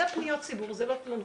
זה פניות ציבור, זה לא תלונות,